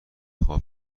خواب